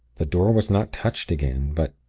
the door was not touched again but,